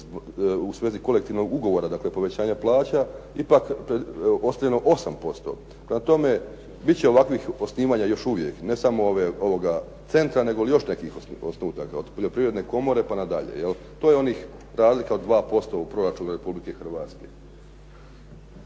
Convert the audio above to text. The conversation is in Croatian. u svezi kolektivnog ugovora, dakle povećanja plaća ipak ostvareno 8%. Prema tome, bit će ovakvih osnivanja još uvijek ne samo ovoga centra nego i još nekih osnutaka od Poljoprivredne komore pa nadalje. To je onih razlika od 2% u proračunu Republike Hrvatske.